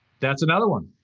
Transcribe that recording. that's another one.